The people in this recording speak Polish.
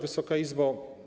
Wysoka Izbo!